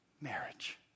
marriage